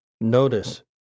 Notice